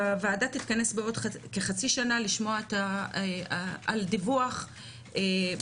הוועדה תתכנס בעוד כחצי שנה לשמוע על דיווח בנושא,